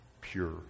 pure